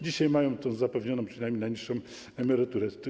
Dzisiaj mają zapewnioną przynajmniej najniższą emeryturę.